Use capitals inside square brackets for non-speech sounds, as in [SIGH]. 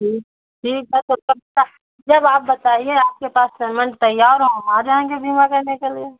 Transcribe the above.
ठीक ठीक है जब आप [UNINTELLIGIBLE] जब आप बताइए आपके पास पेमेंट तैयार हो हम आ जाएंगे बीमा करने के लिए